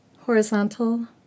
horizontal